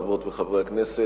חברות וחברי הכנסת,